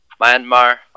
Myanmar